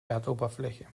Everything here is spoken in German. erdoberfläche